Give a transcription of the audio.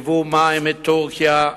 ייבוא מים מטורקיה,